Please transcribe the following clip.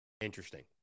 Interesting